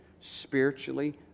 Spiritually